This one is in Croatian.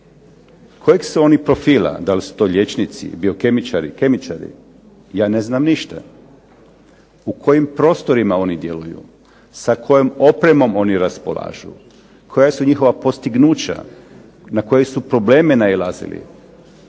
Kojeg su oni profila? Da li su to liječnici, biokemičari, kemičari? Ja ne znam ništa. U kojim prostorima oni djeluju? Sa kojom opremom oni raspolažu? Koja su njihova postignuća? Na koje su probleme nailazili?